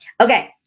okay